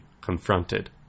confronted